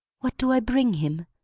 what do i bring him?